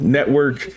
Network